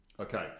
Okay